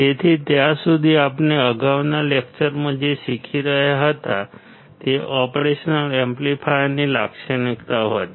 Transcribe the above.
તેથી ત્યાં સુધી આપણે અગાઉના લેકચરોમાં જે શીખી રહ્યા હતા તે ઓપરેશનલ એમ્પ્લીફાયરની લાક્ષણિકતાઓ હતી